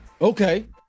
Okay